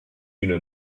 üna